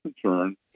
concern